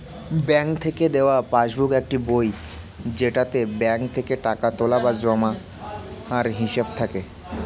bank থেকে দেওয়া passbook একটি বই যেটাতে ব্যাঙ্ক থেকে টাকা তোলা বা জমার হিসাব থাকে